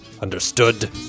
Understood